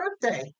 birthday